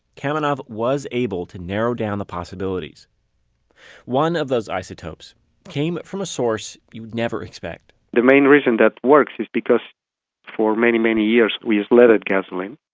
kamenov was able to narrow down the possibilities one of those isotopes came from a source you would never expect the main reason that works is because for many, many years we used leaded gasoline.